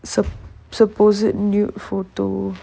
sup~ supposed nude photo